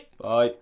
Bye